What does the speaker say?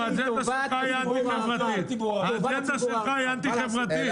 האג'נדה שלך היא אנטי חברתית,